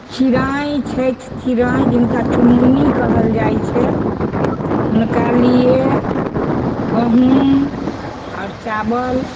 चिड़ाँय छथि चिड़ाँय जिनका चुन्नमुन्नी कहल जाइ छनि हुनका लिए गहूॅंम आओर चावल